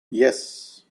yes